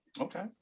Okay